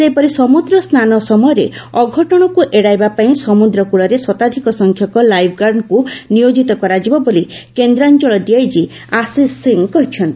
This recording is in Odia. ସେହିପରି ସମୁଦ୍ର ସ୍ନାନ ସମୟରେ ଅଘଟଶକୁ ଏଡାଇବା ପାଇଁ ସମୁଦ୍ରକୁଳରେ ଶତାଧିକ ସଂଖ୍ୟକ ଲାଇଫ୍ ଗାର୍ଡଙ୍କୁ ନିୟୋଜିତ କରାଯିବ ବୋଲି କେନ୍ଦ୍ରାଞ୍ଚଳ ଡିଆଇଜି ଆଶୀଷ ସିଂ କହିଚ୍ଚନ୍ତି